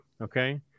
Okay